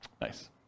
Nice